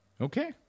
Okay